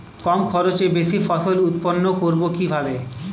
কম খরচে বেশি ফসল উৎপন্ন করব কিভাবে?